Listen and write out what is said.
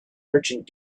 merchant